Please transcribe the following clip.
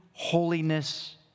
holiness